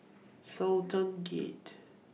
Sultan Gate